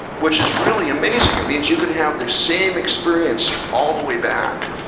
which is really amazing. it means you can have the same experience all the way back.